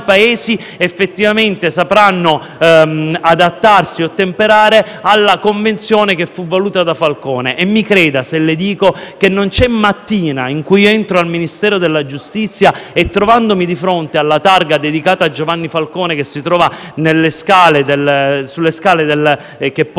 effettivamente sapranno adattarsi e ottemperare a questo strumento, che fu voluto da Falcone. Mi creda se le dico che non c'è mattina in cui, entrando al Ministero della giustizia e trovandomi di fronte alla targa dedicata a Giovanni Falcone, sopra le scale che portano